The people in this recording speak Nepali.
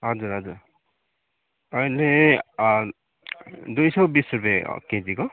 हजुर हजुर अहिले दुई सय बिस रूपियाँ केजीको